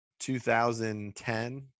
2010